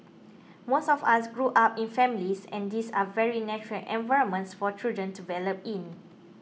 most of us grew up in families and these are very natural environments for children to develop in